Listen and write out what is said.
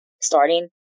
starting